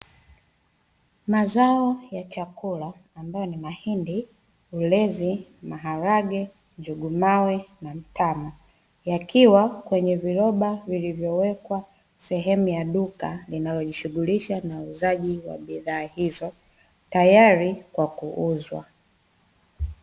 Mazao ya chakula ambayo ni mahindi, ulezi, maharage, njugu mawe na mtama, yakiwa kwenye viroba vilivyowekwa sehemu ya duka linalojishughulisha na uuzaji wa bidhaa hizo, tayari kwa kuuzwa.